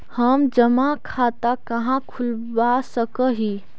हम जमा खाता कहाँ खुलवा सक ही?